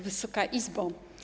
Wysoka Izbo!